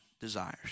desires